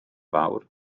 fawr